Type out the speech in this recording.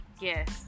yes